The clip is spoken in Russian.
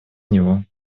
него